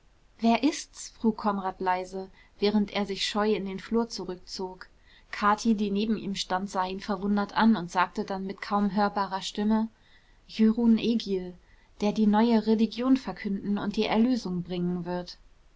wer ist's frug konrad leise während er sich scheu in den flur zurückzog kathi die neben ihm stand sah ihn verwundert an und sagte dann mit kaum hörbarerer stimme jörun egil der die neue religion verkünden und die erlösung bringen wird